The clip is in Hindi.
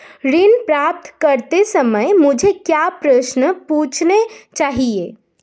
ऋण प्राप्त करते समय मुझे क्या प्रश्न पूछने चाहिए?